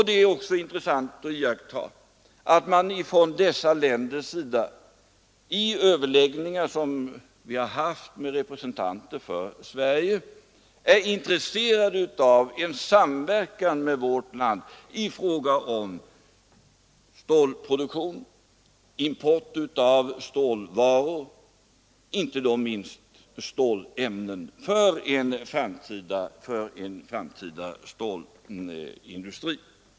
Det är också intressant att iaktta att man från dessa länders sida vid överläggningar med representanter för Sverige förklarat sig intresserad av en samverkan med vårt land i fråga om stålproduktion och import av stålvaror, då även stålämnen för en framtida stålindustri.